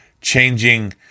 changing